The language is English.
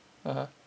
(uh huh)